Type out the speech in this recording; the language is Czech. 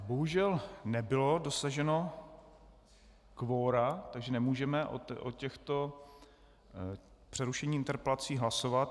Bohužel nebylo dosaženo kvora, takže nemůžeme o těchto přerušení interpelací hlasovat.